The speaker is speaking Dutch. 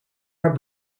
haar